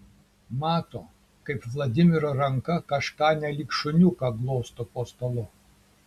mato kaip vladimiro ranka kažką nelyg šuniuką glosto po stalu